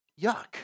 yuck